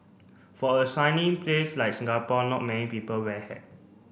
for a sunny place like Singapore not many people wear a hat